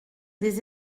des